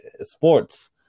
sports